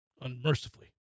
Unmercifully